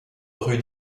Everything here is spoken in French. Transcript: rue